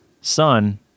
sun